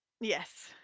Yes